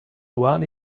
one